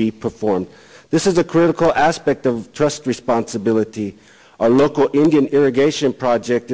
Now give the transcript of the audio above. be performed this is a critical aspect of trust responsibility our local indian irrigation project